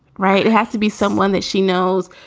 right. it has to be someone that she knows,